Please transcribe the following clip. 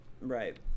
right